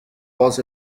was